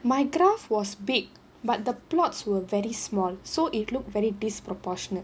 my graph was big but the plots were very small so it looked very disproportionate